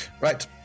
Right